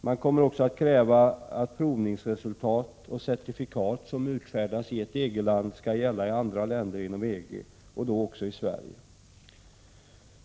Man kommer också att kräva att provningsresultat och certifikat som utfärdas i ett visst EG-land skall gälla också i andra länder inom EG och då även i Sverige.